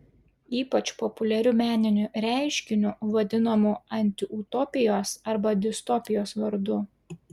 ypač populiariu meniniu reiškiniu vadinamu antiutopijos arba distopijos vardu